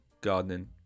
gardening